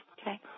Okay